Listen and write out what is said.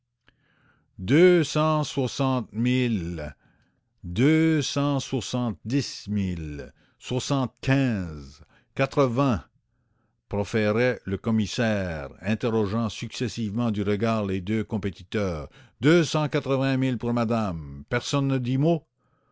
mille deux cent soixante-dix mille soixante-quinze quatre-vingt proférait le commissaire interrogeant successivement du regard les deux compétiteurs deux cent quatre-vingt mille pour madame personne ne dit mot